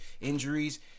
injuries